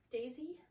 Daisy